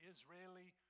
Israeli